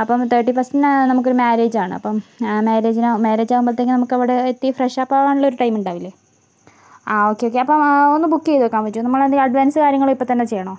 അപ്പോൾ തേർട്ടി ഫസ്റ്റിന് നമുക്കൊരു മ്യാരേജ് ആണ് അപ്പോൾ മ്യാരേജിന് മ്യാരേജ് ആവുമ്പോഴത്തേക്കും നമുക്കവിടെ എത്തി ഫ്രെഷ് അപ്പ ആവാനുള്ള ഒരു ടൈമുണ്ടാവില്ലേ ആ ഓക്കെ ഓക്കെ അപ്പോൾ ഒന്ന് ബുക്ക് ചെയ്ത് വെക്കാൻ പറ്റുമോ നമ്മൾ എന്തെങ്കിലും അഡ്വാൻസ് കാര്യങ്ങൾ ഇപ്പോൾ തന്നെ ചെയ്യണോ